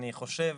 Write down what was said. אני חושב